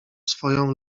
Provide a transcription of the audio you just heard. swoją